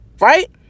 right